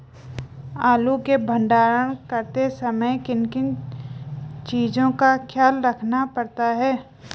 आलू के भंडारण करते समय किन किन चीज़ों का ख्याल रखना पड़ता है?